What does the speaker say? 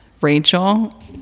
Rachel